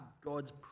god's